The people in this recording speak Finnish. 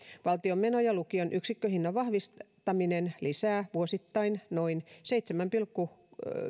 valtion menoja lukion yksikköhinnan vahvistaminen lisää vuosittain noin seitsemän pilkku